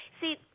See